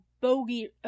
bogey